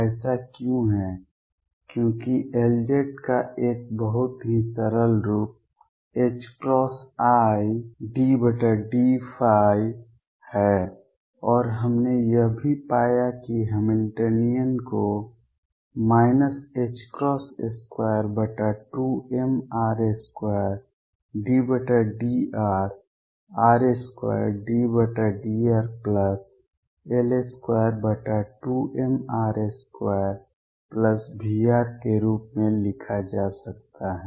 ऐसा क्यों है क्योंकि Lz का एक बहुत ही सरल रूप ℏi∂ϕ है और हमने यह भी पाया कि हैमिल्टनियन को 22mr2∂rr2∂rL22mr2V के रूप में लिखा जा सकता है